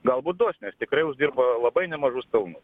galbūt duos nes tikrai uždirba labai nemažus pelnus